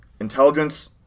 intelligence